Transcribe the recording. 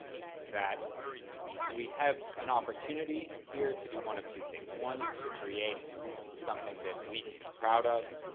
that we have an opportunity here to do one of two things. one is to create something that we can be proud of,